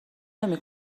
نمی